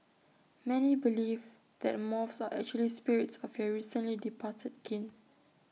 many believe that moths are actually spirits of your recently departed kin